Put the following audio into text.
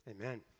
Amen